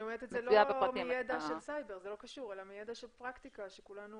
אני לא אומרת את זה מידע של סייבר אלא מידע של פרקטיקה כי כולנו